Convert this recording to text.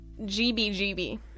GBGB